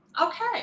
Okay